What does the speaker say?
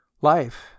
Life